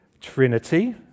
Trinity